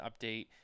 update